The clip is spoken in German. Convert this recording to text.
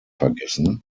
vergessen